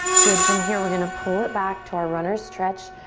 good. from here we're gonna pull it back to our runners stretch.